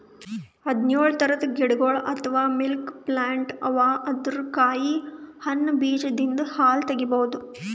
ಹದ್ದ್ನೊಳ್ ಥರದ್ ಗಿಡಗೊಳ್ ಅಥವಾ ಮಿಲ್ಕ್ ಪ್ಲಾಂಟ್ ಅವಾ ಅದರ್ ಕಾಯಿ ಹಣ್ಣ್ ಬೀಜದಿಂದ್ ಹಾಲ್ ತಗಿಬಹುದ್